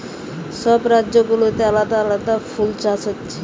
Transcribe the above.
সব রাজ্য গুলাতে আলাদা আলাদা ফুল চাষ হচ্ছে